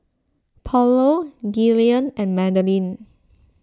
Paulo Gillian and Madeline